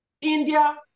India